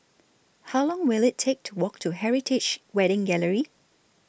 How Long Will IT Take to Walk to Heritage Wedding Gallery